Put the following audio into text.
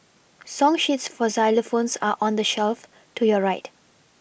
song sheets for xylophones are on the shelf to your right